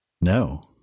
No